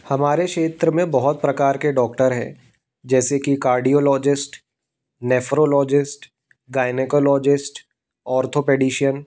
हमरे क्षेत्र में बहुत प्रकार के डॉक्टर हैं जैसे कि कार्डियोलॉजिस्ट नेफ्रोलॉजिस्ट गायनेकोलॉजिस्ट और्थोपेडिशियन